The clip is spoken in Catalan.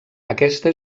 aquesta